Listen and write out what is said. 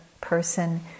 person